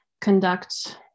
conduct